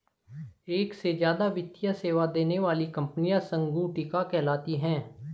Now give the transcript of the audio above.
एक से ज्यादा वित्तीय सेवा देने वाली कंपनियां संगुटिका कहलाती हैं